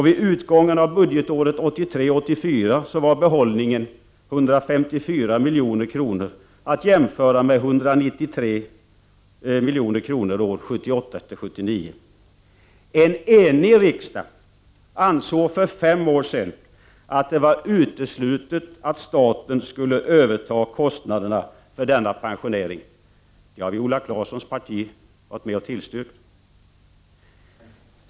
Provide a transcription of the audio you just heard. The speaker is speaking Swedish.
Vid utgången av budgetåret 1983 79. En enig riksdag ansåg också för fem år sedan att det var uteslutet att staten skulle överta kostnaderna för denna pensionering. Det har Viola Claessons parti varit med och tillstyrkt.